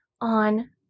on